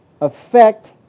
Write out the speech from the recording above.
affect